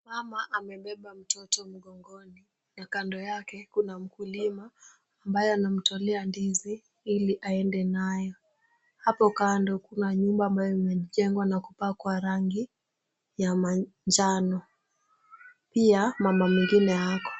Mama amebeba mtoto mgongoni na kando yake kuna mkulima ambaye anamtolea ndizi ili aende nayo. Hapo kando kuna nyumba ambayo imejengwa na kupakwa rangi ya manjano. Pia, mama mwingine ako.